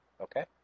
Okay